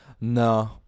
No